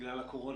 בגלל הקורונה,